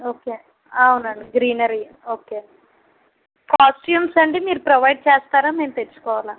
okay అవునండి greenery okay costumes అండి మీరు ప్రొవైడ్ చేస్తారా మేము తెచ్చుకోవాలా